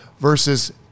versus